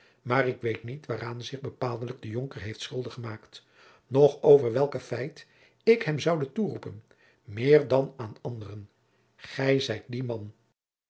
maar ik weet niet waaraan zich bepaaldelijk de jonker heeft schuldig gemaakt noch over welke feit ik hem zoude toeroepen meer dan aan anderen gij zijt die man